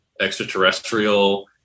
extraterrestrial